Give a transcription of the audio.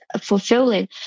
fulfilling